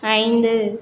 ஐந்து